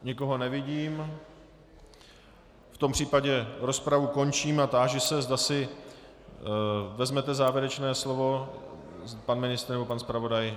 Nikoho nevidím, v tom případě rozpravu končím a táži se, zda si vezmete závěrečné slovo pan ministr nebo pan zpravodaj.